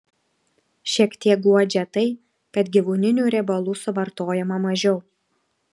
šiek tiek guodžia tai kad gyvūninių riebalų suvartojama mažiau